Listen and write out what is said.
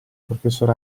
professor